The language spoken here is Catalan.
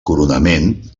coronament